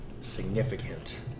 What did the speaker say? significant